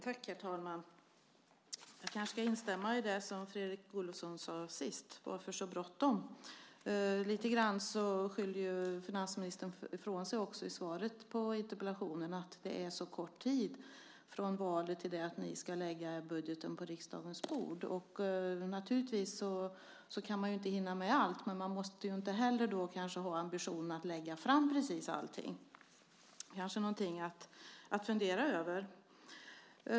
Herr talman! Jag ska kanske instämma i det Fredrik Olovsson allra sist sade och fråga: Varför så bråttom? Lite grann skyller finansministern ifrån sig i svaret på interpellationen med att det är så kort tid från valet till dess att ni ska lägga budgeten på riksdagens bord. Naturligtvis kan man inte hinna med allt. Men man måste väl inte heller ha ambitionen att lägga fram precis allt. Det är kanske något att fundera över.